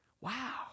Wow